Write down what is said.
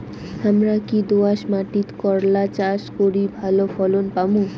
হামরা কি দোয়াস মাতিট করলা চাষ করি ভালো ফলন পামু?